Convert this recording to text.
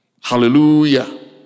Hallelujah